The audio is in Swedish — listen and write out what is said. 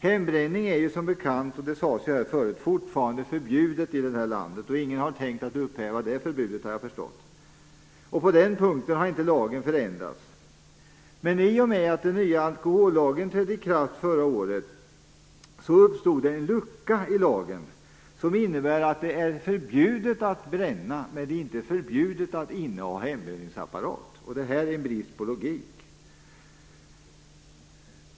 Hembränning är som bekant, vilket sades här förut, fortfarande förbjudet i detta land. Ingen har såvitt jag har förstått tänkt att upphäva det förbudet. På den punkten har inte lagen förändrats. Men i och med att den nya alkohollagen trädde i kraft förra året uppstod en lucka i lagen som innebär att det är förbjudet att bränna men inte förbjudet att inneha hembränningsapparat. Det är en brist på logik.